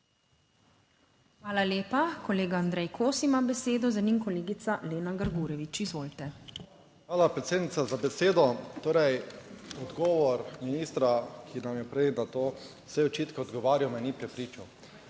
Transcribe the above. Hvala lepa. Kolega Andrej Kosi ima besedo, za njim kolegica Lena Grgurevič. Izvolite. **ANDREJ KOSI (PS SDS):** Hvala predsednica za besedo. Torej, odgovor ministra, ki nam je prej na to vse očitke odgovarjal me ni prepričal.